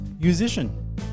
musician